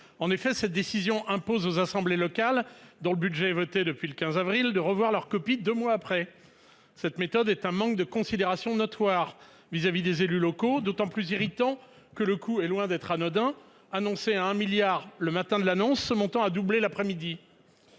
En effet, cette décision impose aux assemblées locales, dont le budget est voté depuis le 15 avril, de revoir leur copie deux mois plus tard. Cette méthode est un manque de considération notoire vis-à-vis des élus locaux, d'autant plus irritant que le coût est loin d'être anodin : annoncé à un milliard d'euros le matin de l'annonce, ce montant a doublé l'après-midi